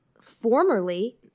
formerly